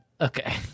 Okay